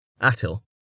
Attil